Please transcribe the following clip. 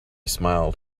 smiled